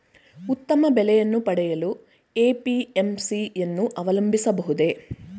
ಉತ್ತಮ ಬೆಲೆಯನ್ನು ಪಡೆಯಲು ಎ.ಪಿ.ಎಂ.ಸಿ ಯನ್ನು ಅವಲಂಬಿಸಬಹುದೇ?